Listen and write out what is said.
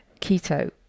keto